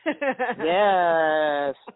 Yes